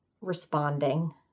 responding